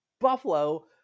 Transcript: Buffalo